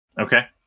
Okay